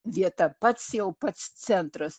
vieta pats jau pats centras